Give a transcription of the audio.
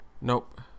Nope